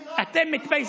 אתם, את זה.